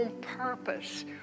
purpose